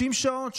30 שעות,